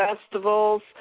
festivals